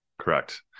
Correct